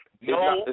no